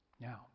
now